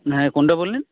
হ্যাঁ কোনটা বললেন